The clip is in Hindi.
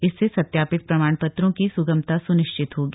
इससे सत्यापित प्रमाण पत्रों की सुगमता सुनिश्चित होगी